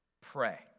Pray